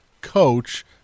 coach